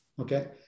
okay